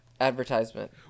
advertisement